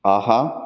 ஆஹா